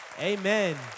Amen